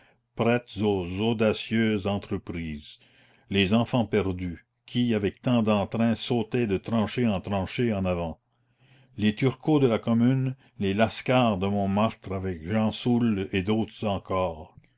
prêts aux audacieuses entreprises les enfants perdus qui avec tant d'entrain sautaient de tranchée en tranchée en avant les turcos de la commune les lascars de montmartre avec gensoule et d'autres encore